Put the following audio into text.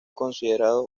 considerado